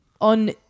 on